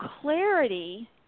clarity